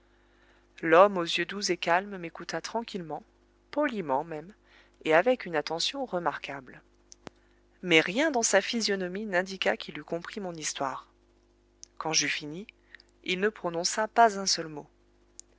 l'homme aux yeux doux et calmes m'écouta tranquillement poliment même et avec une attention remarquable mais rien dans sa physionomie n'indiqua qu'il eût compris mon histoire quand j'eus fini il ne prononça pas un seul mot